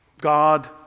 God